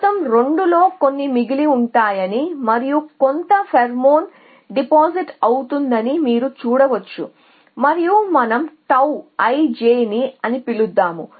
మొత్తం 2 లో కొన్ని మిగిలివుంటాయని మరియు కొత్త ఫేర్మోన్ డిపాజిట్ అవుతుందని మీరు చూడవచ్చు మరియు మనం టౌ i j n అని పిలుద్దాం